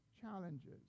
challenges